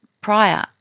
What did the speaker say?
prior